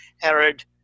Herod